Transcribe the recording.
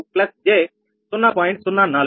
02j 0